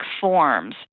forms